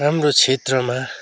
हाम्रो क्षेत्रमा